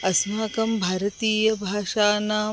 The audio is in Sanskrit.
अस्माकं भारतीयभाषाणां